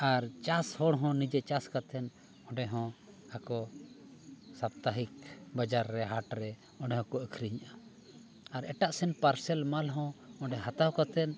ᱟᱨ ᱪᱟᱥ ᱦᱚᱲ ᱦᱚᱸ ᱱᱤᱡᱮ ᱪᱟᱥ ᱠᱟᱛᱮᱫ ᱚᱸᱰᱮᱦᱚᱸ ᱟᱠᱚ ᱥᱟᱯᱛᱟᱦᱤᱠ ᱵᱟᱡᱟᱨ ᱨᱮ ᱦᱟᱴ ᱨᱮ ᱚᱸᱰᱮ ᱦᱚᱸᱠᱚ ᱟᱹᱠᱷᱨᱤᱧᱮᱜᱼᱟ ᱟᱨ ᱮᱴᱟᱜ ᱥᱮᱱ ᱯᱟᱨᱥᱮᱞ ᱢᱟᱞᱦᱚᱸ ᱚᱸᱰᱮ ᱦᱟᱛᱟᱣ ᱠᱟᱛᱮᱫ